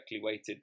weighted